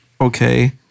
Okay